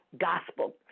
gospel